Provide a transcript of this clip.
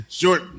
short